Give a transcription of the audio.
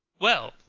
well,